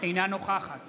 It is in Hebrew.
אינה נוכחת